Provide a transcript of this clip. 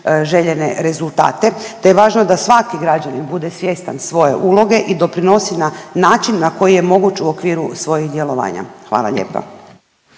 željene rezultate te je važno da svaki građanin bude svjestan svoje uloge i doprinosi na način na koji je moguć u okviru svojih djelovanja. Hvala lijepo.